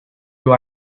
you